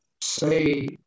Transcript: say